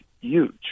huge